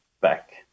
back